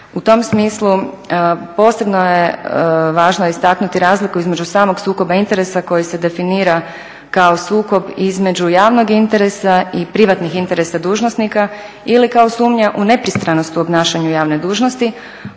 U tom smislu posebno je važno istaknuti razliku između samog sukoba interesa koji se definira kao sukob između javnog interesa i privatnih interesa dužnosnika ili kao sumnja u nepristranost u obnašanju javne dužnosti